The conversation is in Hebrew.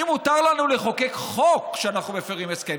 אם מותר לנו לחוקק חוק שאנחנו מפירים הסכם,